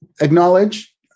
Acknowledge